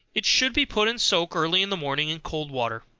it should be put in soak early in the morning in cold water.